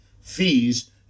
fees